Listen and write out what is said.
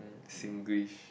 Singlish